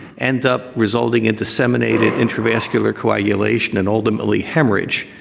end up resulting in disseminated intravascular coagulation and ultimately hemorrhage.